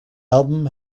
album